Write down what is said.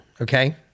okay